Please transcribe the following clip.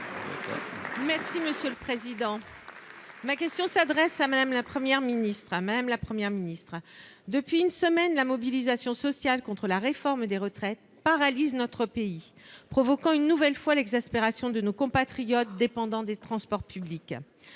à Mme la Première ministre. Madame la Première ministre, depuis une semaine, la mobilisation sociale contre la réforme des retraites paralyse notre pays, ce qui provoque une nouvelle fois l'exaspération de nos compatriotes dépendant des transports publics.